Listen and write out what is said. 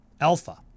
Alpha